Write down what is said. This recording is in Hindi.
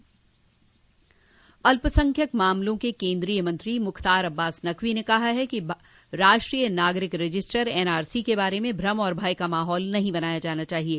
अल्पसंख्यक मामलों के केन्द्रीय मुख्तार अब्बास नकवी ने कहा है कि राष्ट्रीय नागरिक रजिस्टर एनआरसी के बारे में भ्रम और भय का माहौल नहीं बनाया जाना चाहिये